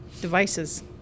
devices